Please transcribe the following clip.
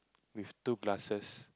with two glasses